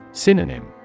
Synonym